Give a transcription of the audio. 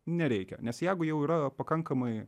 nereikia nes jeigu jau yra pakankamai